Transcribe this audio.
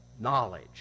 knowledge